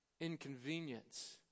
inconvenience